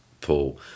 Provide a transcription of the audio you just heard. Paul